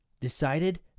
decided